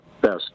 best